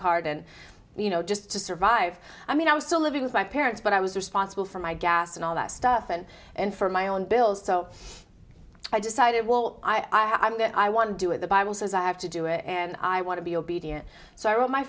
card and you know just to survive i mean i was still living with my parents but i was responsible for my gas and all that stuff and and for my own bills so i decided well i am going i want to do it the bible says i have to do it and i want to be obedient s